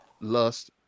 lust